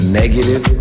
negative